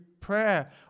prayer